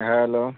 hello